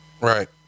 Right